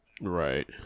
Right